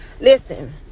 Listen